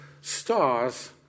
stars